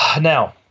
Now